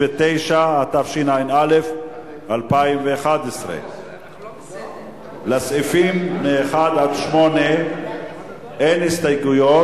59), התשע"א 2011. לסעיפים 1 8 אין הסתייגויות.